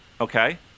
Okay